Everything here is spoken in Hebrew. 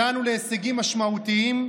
הגענו להישגים משמעותיים,